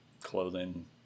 clothing